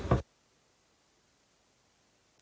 Hvala.